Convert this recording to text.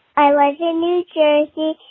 i like jamie casey.